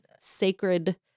sacred